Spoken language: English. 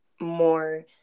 more